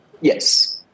Yes